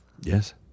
Yes